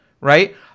right